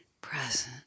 present